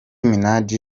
minaj